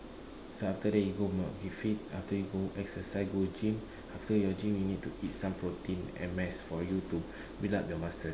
so after that you go for keep fit after go exercise go gym after your gym you need to eat some protein and mass for you to build up the muscle